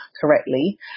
correctly